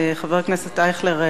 חבר הכנסת אייכלר,